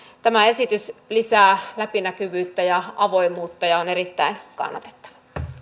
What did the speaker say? tämä esitys lisää läpinäkyvyyttä ja avoimuutta ja on erittäin kannatettava